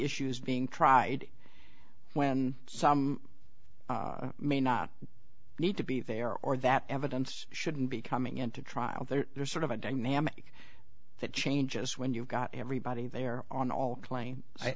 issues being tried when some may not need to be there or that evidence shouldn't be coming into trial there's sort of a dynamic that changes when you've got everybody there on a